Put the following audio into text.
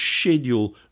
schedule